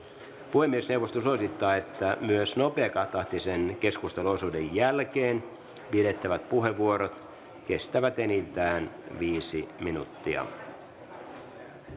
puhemiesneuvosto suosittaa että myös nopeatahtisen keskusteluosuuden jälkeen pidettävät puheenvuorot kestävät enintään viisi minuuttia